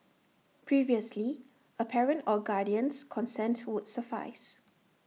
previously A parent or guardian's consent would suffice